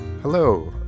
Hello